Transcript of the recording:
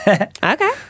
Okay